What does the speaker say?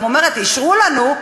גם אומרת: אישרו לנו,